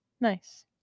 Nice